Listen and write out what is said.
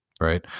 right